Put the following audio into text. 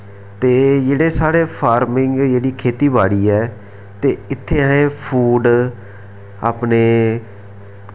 ते जेह्ड़े साढ़े फार्मिंग जेह्ड़ी खेत्ती बाड़ी ऐ ते इत्थै असें फूड़ अपने